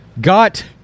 got